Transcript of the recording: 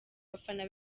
abafana